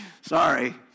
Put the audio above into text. Sorry